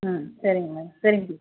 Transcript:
ம் சரிங்க மேடம் சரிங்க டீச்